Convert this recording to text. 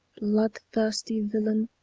bloodthirsty villain,